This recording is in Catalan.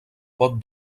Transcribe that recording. pot